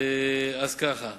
אז ככה: